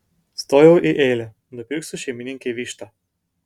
stojau į eilę nupirksiu šeimininkei vištą